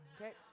Okay